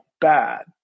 bad